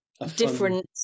different